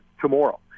tomorrow